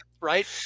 right